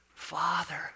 Father